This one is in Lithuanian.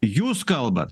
jūs kalbat